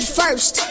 first